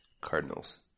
Cardinals